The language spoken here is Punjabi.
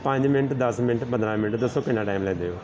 ਪੰਜ ਮਿੰਟ ਦਸ ਮਿੰਟ ਪੰਦਰਾ ਮਿੰਟ ਦੱਸੋ ਕਿੰਨਾ ਟਾਈਮ ਲੈਂਦੇ ਹੋ